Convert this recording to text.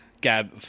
Gab